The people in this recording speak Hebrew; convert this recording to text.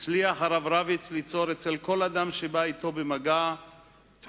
הצליח הרב רביץ ליצור אצל כל אדם שבא אתו במגע תחושת